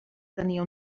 tenia